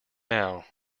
now